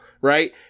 right